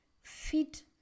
fit